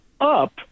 up